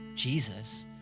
Jesus